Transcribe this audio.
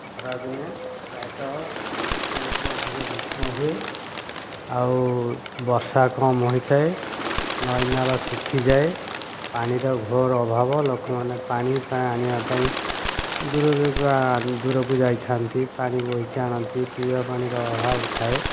ଖରାଦିନ ପ୍ରାୟତଃ ଗ୍ରୀଷ୍ମ ଋତୁରେ ଅଧିକ ଗ୍ରୀଷ୍ମ ହୁଏ ଆଉ ବର୍ଷା କମ୍ ହୋଇଥାଏ ନଈ ନାଳ ଶୁଖିଯାଏ ପାଣିର ଘୋର ଅଭାବ ଲୋକମାନେ ପାଣି ଆଣିବା ପାଇଁ ଦୂର ଜାଗା ଦୁରକୁ ଯାଇଥାନ୍ତି ପାଣି ବୋହିକି ଆଣନ୍ତି ପିଇବା ପାଣିର ଅଭାବ ଥାଏ